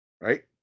Right